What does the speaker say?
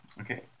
Okay